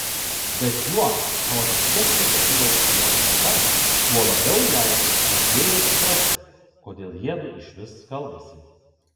bet juo chaotiškesnė darydavosi jo šneka tuo labiau jai magėjo suprasti kodėl jiedu išvis kalbasi